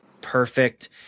Perfect